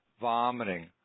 vomiting